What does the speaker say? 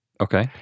Okay